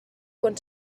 quan